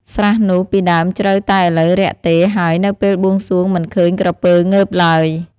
ស្រះនោះពីដើមជ្រៅតែឥឡូវរាក់ទេ ហើយ នៅពេលបួងសួងមិនឃើញក្រពើងើបឡើយ ។